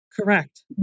Correct